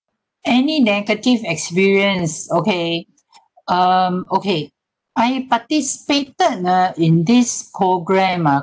any negative experience okay um okay I participated uh in this program ah